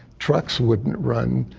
trucks wouldn't run.